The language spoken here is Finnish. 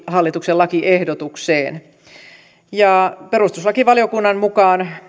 hallituksen lakiehdotukseen perustuslakivaliokunnan mukaan